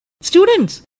students